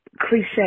cliche